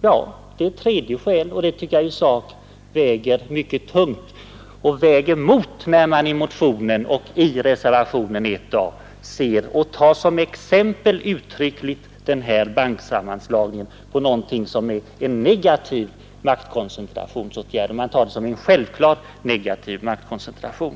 Ja, det är ett tredje skäl som jag tycker i sak väger mycket tungt och väger emot, när man i motionen 1325 och reservationen 1 a uttryckligen tar den här banksammanslagningen som ett exempel på negativ maktkoncentration. Man tar det som en självklarhet, men så är det alltså inte.